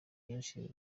nyinshi